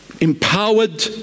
Empowered